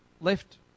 left